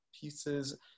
pieces